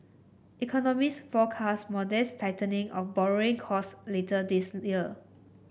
economists forecast modest tightening of borrowing costs later this year